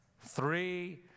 three